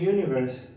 Universe